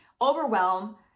overwhelm